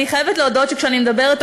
אני חייבת להודות שכשאני מדברת,